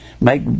make